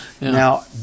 now